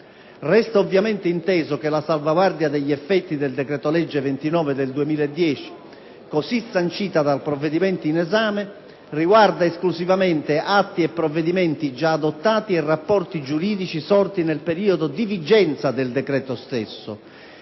Resta ovviamente inteso che la salvaguardia degli effetti del decreto-legge n. 29 del 2010, così sancita dal provvedimento in esame, riguarda esclusivamente atti e provvedimenti già adottati e rapporti giuridici sorti nel periodo di vigenza del decreto stesso,